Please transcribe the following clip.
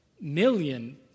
million